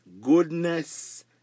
goodness